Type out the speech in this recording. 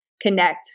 connect